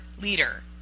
leader